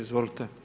Izvolite.